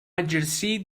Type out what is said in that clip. exercir